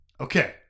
Okay